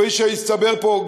כפי שהסתבר פה,